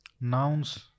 Nouns